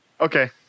Okay